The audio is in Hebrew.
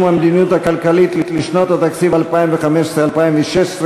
המדיניות הכלכלית לשנות התקציב 2015 ו-2016),